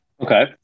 Okay